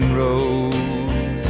road